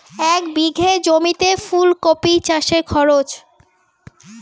এক বিঘে জমিতে ফুলকপি চাষে খরচ?